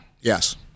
Yes